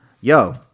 yo